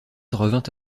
revint